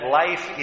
life